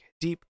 deep